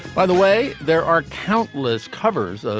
by the way. there are countless covers. ah